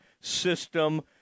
system